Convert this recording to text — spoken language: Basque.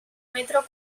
metro